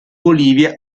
bolivia